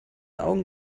augen